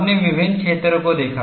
हमने विभिन्न क्षेत्रों को देखा